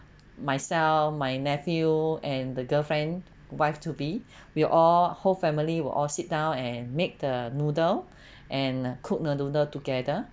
myself my nephew and the girlfriend wife to be we all whole family will all sit down and make the noodle and cook the noodle together